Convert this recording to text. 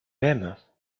même